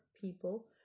people